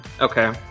Okay